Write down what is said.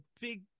big